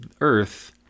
Earth